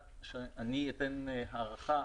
שאני אתן הערכה